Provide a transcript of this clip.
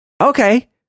okay